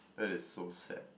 that is so sad